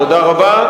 תודה רבה.